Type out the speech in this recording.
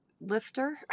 lifter